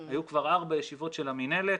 היו כבר ארבע ישיבות של המינהלת.